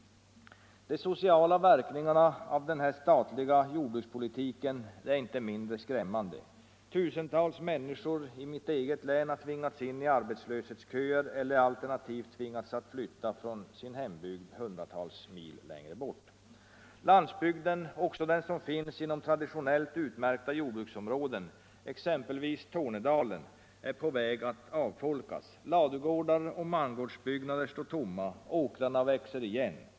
De sociala verkningarna av den statliga jordbrukspolitiken är inte mindre skrämmande. Tusentals människor i mitt eget län har tvingats in i arbetslöshetsköer eller alternativt tvingats flytta hundratals mil från sin hembygd. Landsbygden, även den som finns inom traditionellt utmärkta jordbruksområden exempelvis Tornedalen, är på väg att avfolkas. Ladugårdar och mangårdsbyggnader står tomma, åkrarna växer igen.